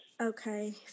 Okay